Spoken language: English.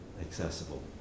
accessible